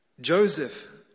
Joseph